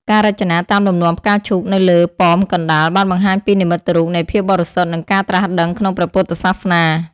ការរចនាតាមលំនាំផ្កាឈូកនៅលើប៉មកណ្តាលបានបង្ហាញពីនិមិត្តរូបនៃភាពបរិសុទ្ធនិងការត្រាស់ដឹងក្នុងព្រះពុទ្ធសាសនា។